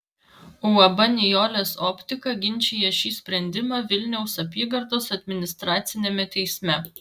uab nijolės optika ginčija šį sprendimą vilniaus apygardos administraciniame teisme